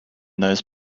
those